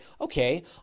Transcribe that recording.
okay